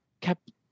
kept